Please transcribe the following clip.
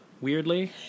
weirdly